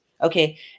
Okay